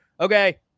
Okay